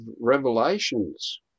Revelations